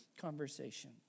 conversation